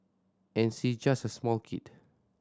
and she just a small kid